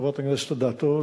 חברת הכנסת אדטו.